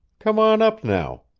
come on up now.